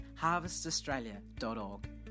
harvestaustralia.org